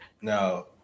Now